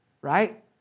Right